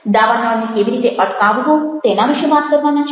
દાવાનળને કેવી રીતે અટકાવવો તેના વિશે વાત કરવાના છો